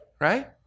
Right